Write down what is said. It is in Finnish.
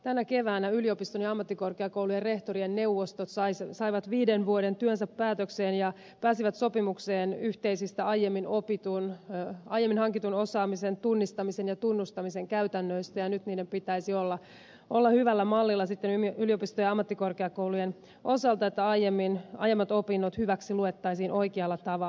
tänä keväänä yliopistojen ja ammattikorkeakoulujen rehtorien neuvostot saivat viiden vuoden työnsä päätökseen ja pääsivät sopimukseen yhteisistä aiemmin hankitun osaamisen tunnistamisen ja tunnustamisen käytännöistä ja nyt niiden pitäisi olla hyvällä mallilla sitten yliopistojen ja ammattikorkeakoulujen osalta että aiemmat opinnot hyväksi luettaisiin oikealla tavalla